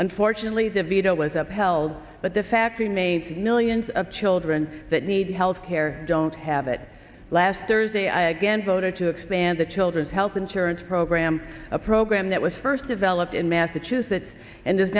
unfortunately the veto was upheld but the fact remains that millions of children that need health care don't have it last thursday i again voted to expand the children's health insurance program a program that was first developed in massachusetts and